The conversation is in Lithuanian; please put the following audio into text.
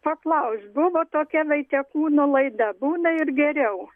paklaust buvo tokia vaitiekūno laida būna ir geriau